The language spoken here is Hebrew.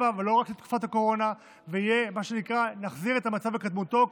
ולא רק לתקופת הקורונה ותחזיר את המצב לקדמותו,